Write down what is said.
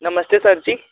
नमस्ते सरजी